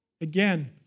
again